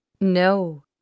No